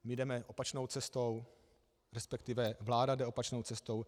My jdeme opačnou cestou, resp. vláda jde opačnou cestou.